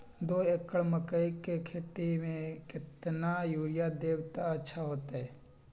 दो एकड़ मकई के खेती म केतना यूरिया देब त अच्छा होतई?